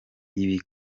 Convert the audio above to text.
ibi